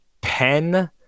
pen